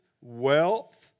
wealth